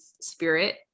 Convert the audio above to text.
spirit